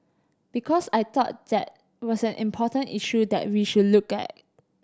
because I thought that was an important issue that we should look at